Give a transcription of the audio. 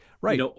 Right